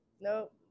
Nope